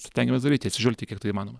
stengiamės daryti atsižvelgti kiek tai įmanoma